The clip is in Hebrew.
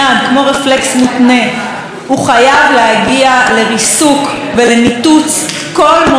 הוא חייב להגיע לריסוק ולניתוץ כל מוסד וכל מה שמזוהה עם